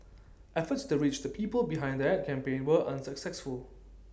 efforts to reach the people behind that campaign were unsuccessful